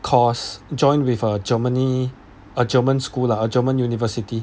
course joined with a germany a german school lah a german university